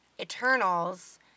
Eternals